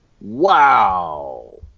Wow